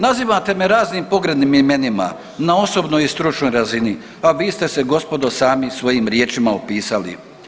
Nazivate me raznim pogrdnim imenima na osobnoj i stručnoj razini, pa vi ste se gospodo sami svojim riječima opisali.